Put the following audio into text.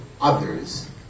others